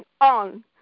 on